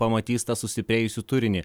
pamatys tą sustiprėjusį turinį